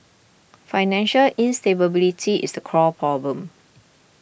financial instability is the core problem